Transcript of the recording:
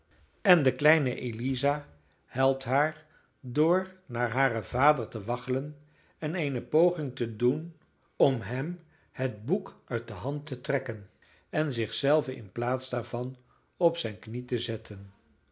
en de kleine eliza helpt haar door naar haren vader te waggelen en eene poging te doen om hem het boek uit de hand te trekken en zich zelve in plaats daarvan op zijne knie te zetten